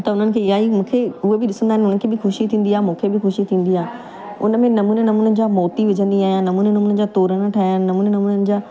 त हुननि खे इहा ई मूंखे उहे बि ॾिसंदा आहिनि उन्हनि खे बि ख़ुशी थींदी आहे मूंखे बि ख़ुशी थींदी आहे उनमें नमूने नमूने जा मोती विझंदी आहियां नमूने नमूने जा तोरण ठाहिया आहिनि नमूने नमूने जा